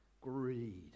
greed